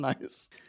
Nice